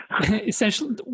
Essentially